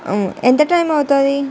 ఎం ఎంత టైం అవుతుంది